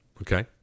Okay